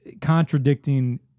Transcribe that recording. contradicting